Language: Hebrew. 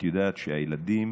את יודעת שהילדים